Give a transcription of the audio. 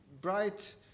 bright